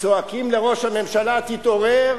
צועקים לראש הממשלה, תתעורר,